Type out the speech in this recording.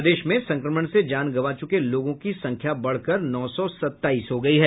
प्रदेश में संक्रमण से जान गंवा चुके लोगों की संख्या बढ़कर नौ सौ सताईस हो गई है